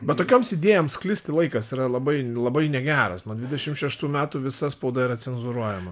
bet tokioms idėjoms sklisti laikas yra labai labai negeras nuo dvidešim šeštų metų visa spauda yra cenzūruojama